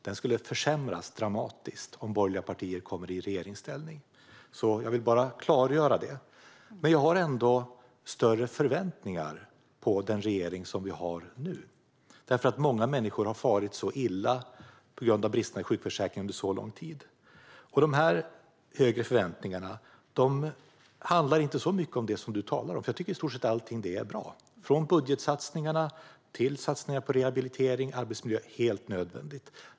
Den skulle försämras dramatiskt om borgerliga partier kommer i regeringsställning. Jag vill bara klargöra detta. Men jag har ändå större förväntningar på den regering vi har nu. Många människor har farit illa under lång tid på grund av bristerna i sjukförsäkringen. Dessa högre förväntningar handlar inte så mycket om det du talar om, för jag tycker att i stort sett allt det är bra - från budgetsatsningarna till satsningarna på rehabilitering och arbetsmiljö. Detta är helt nödvändigt.